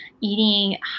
Eating